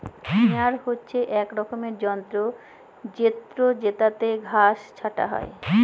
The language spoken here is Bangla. মোয়ার হচ্ছে এক রকমের যন্ত্র জেত্রযেটাতে ঘাস ছাটা হয়